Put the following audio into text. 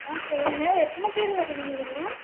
ஆ சொல்லுங்கள் எத்தனை பேர் வருவீங்க நீங்கள்